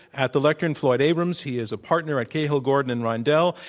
at the lecturn, floyd abrams, he is a partner at cahill, gordon and reindel,